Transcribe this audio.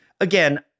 again